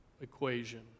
equation